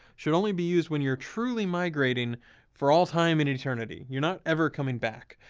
should only be used when you're truly migrating for all time in eternity. you're not ever coming back.